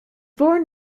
born